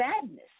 sadness